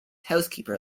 housekeeper